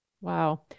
Wow